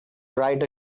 write